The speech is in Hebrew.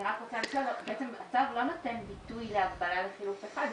בעצם הצו לא נותן ביטוי להגבלה לחילוף אחד.